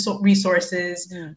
resources